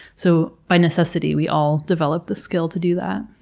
so, by necessity, we all develop the skill to do that.